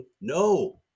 No